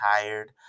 tired